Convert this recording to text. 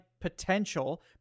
potential